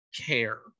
care